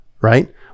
right